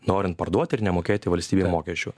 norint parduot ir nemokėti valstybei mokesčių